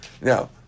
Now